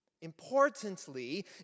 Importantly